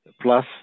plus